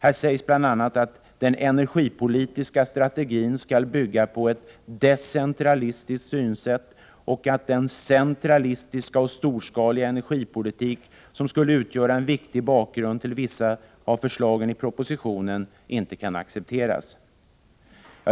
Här sägs bl.a. att den energipolitiska strategin skall bygga på ett decentralistiskt synsätt och att den centralistiska och storskaliga energipolitik som utgör en viktig bakgrund till vissa av förslagen i propositionen inte kan accepteras.